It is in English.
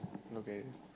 okay